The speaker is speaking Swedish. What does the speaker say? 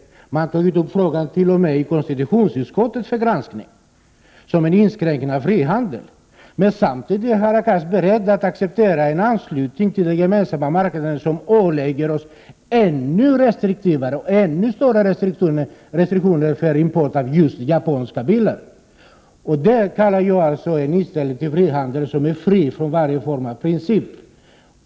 Folkpartiets företrädare har t.o.m. tagit upp frågan i konstitutionsutskottet för granskning av om det gäller inskränkning av frihandeln. Samtidigt är Hadar Cars beredd att acceptera en anslutning till den gemensamma marknaden som ålägger oss ännu större restriktioner när det gäller import av japanska bilar. Det är en inställning till frihandeln som är fri från varje form av princip.